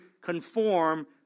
conform